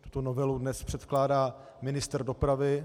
Tuto novelu dnes předkládá ministr dopravy.